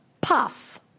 puff